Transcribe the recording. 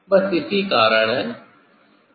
बस इसी कारण है